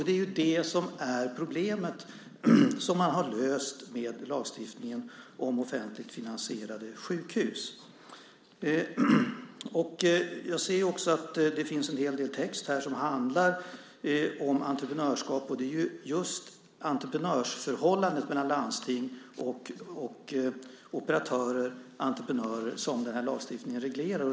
Det är det problemet som man har löst med lagstiftningen om offentligt finansierade sjukhus. Det finns en hel del text här som handlar om entreprenörskap, och det är just förhållandet mellan landsting och operatörer, entreprenörer, som den lagstiftningen reglerar.